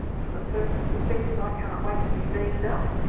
from a personal perspective i can't wait to be beamed up,